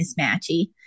mismatchy